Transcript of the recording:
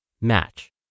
match